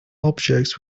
objects